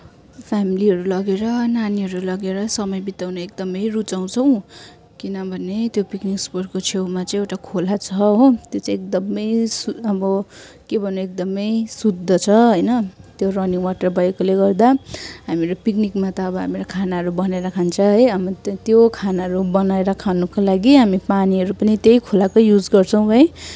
फेमिलीहरू लगेर नानीहरू लगेर समय बिताउन एकदमै रुचाउँछौँ किनभने त्यो पिकनिक स्पोटको छेउमा चाहिँ एउटा खोला छ हो त्यो चाहिँ अब एकदमै अब के भन्ने अब एकदमै शुद्ध छ होइन त्यो रनिङ वाटर भएकोले गर्दा हामीहरू पिकनिकमा त अब हामीहरू खानाहरू बनाएर खान्छ है त्यो खानाहरू बनाएर खानको लागि हामी पानीहरू पनि त्यही खोलाकै युज गर्छौँ है